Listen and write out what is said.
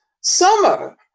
summer